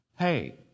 hey